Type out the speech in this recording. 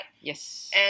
Yes